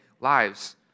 lives